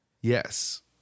Yes